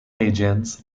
agents